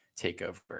takeover